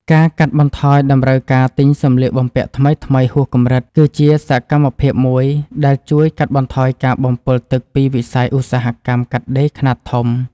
ការកាត់បន្ថយតម្រូវការទិញសម្លៀកបំពាក់ថ្មីៗហួសកម្រិត គឺជាសកម្មភាពមួយដែលជួយកាត់បន្ថយការបំពុលទឹកពីវិស័យឧស្សាហកម្មកាត់ដេរខ្នាតធំ។